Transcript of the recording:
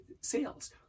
sales